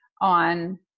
on